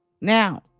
Now